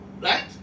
Right